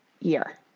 year